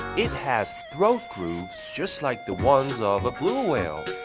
it has throat grooves just like the ones of blue whale!